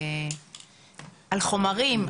על חומרים,